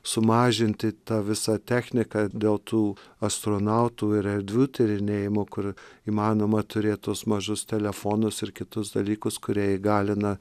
sumažinti tą visą techniką dėl tų astronautų ir erdvių tyrinėjimo kur įmanoma turėt tuos mažus telefonus ir kitus dalykus kurie įgalina